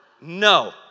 No